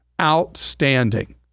Outstanding